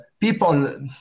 people